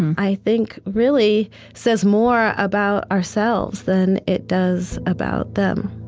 i think really says more about ourselves than it does about them